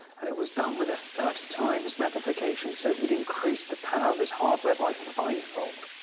and it was done with thirty times magnification, so he'd increased the power of his hardware by five-fold.